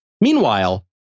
Meanwhile